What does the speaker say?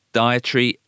dietary